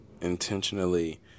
intentionally